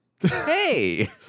hey